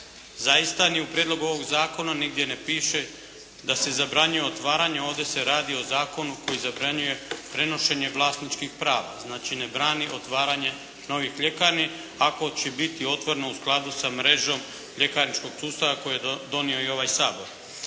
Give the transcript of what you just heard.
Zaista ni u prijedlogu ovog zakona nigdje ne piše da se zabranjuje otvaranje, ovdje se radi o zakonu koji zabranjuje prenošenje vlasničkih prava. Znači ne brani otvaranje novih ljekarni, ako će biti otvorene u skladu sa mrežom ljekarničkog sustava koje je donio i ovaj Sabor.